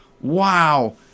Wow